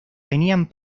tenían